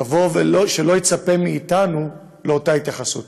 שלא יצפה מאתנו לאותה התייחסות.